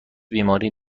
بیماری